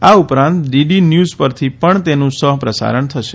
આ ઉપરાંત DD news પરથી પણ તેનું સઠ પ્રસારણ થશે